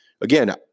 Again